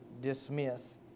dismiss